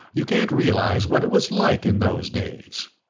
you can't realize what it was like in those days.